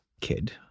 kid